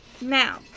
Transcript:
now